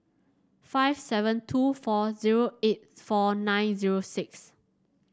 five seven two four zero eight four nine zero six